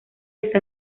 está